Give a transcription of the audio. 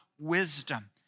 wisdom